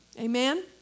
Amen